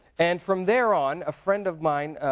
and from there on, a friend of mine,